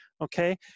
okay